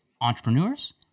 entrepreneurs